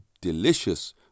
delicious